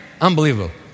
Unbelievable